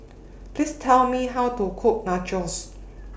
Please Tell Me How to Cook Nachos